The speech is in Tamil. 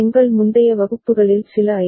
எங்கள் முந்தைய வகுப்புகளில் சில ஐ